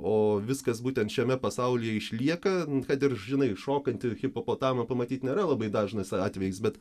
o viskas būtent šiame pasaulyje išlieka kad ir žinai šokantį hipopotamą pamatyt nėra labai dažnas atvejis bet